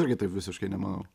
irgi taip visiškai nemanau